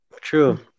True